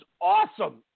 awesome